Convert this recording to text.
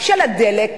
הדלק,